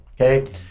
Okay